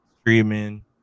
streaming